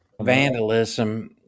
Vandalism